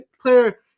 player